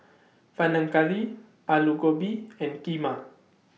Panang Curry Alu Gobi and Kheema